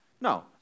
No